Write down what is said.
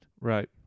Right